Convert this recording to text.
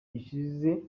gishize